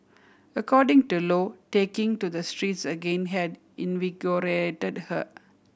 according to Lo taking to the streets again had invigorated her